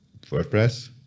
WordPress